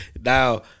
now